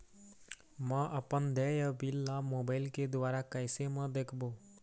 म अपन देय बिल ला मोबाइल के द्वारा कैसे म देखबो?